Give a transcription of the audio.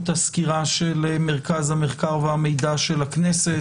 הסקירה של מרכז המחקר והמידע של הכנסת,